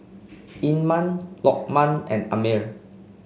Iman Lokman and Ammir